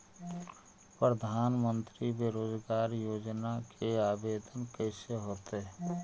प्रधानमंत्री बेरोजगार योजना के आवेदन कैसे होतै?